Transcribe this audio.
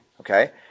Okay